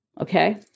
okay